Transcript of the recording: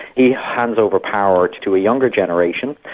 he handed over power to to a younger generation.